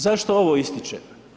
Zašto ovo ističem?